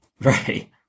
Right